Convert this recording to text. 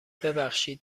ببخشید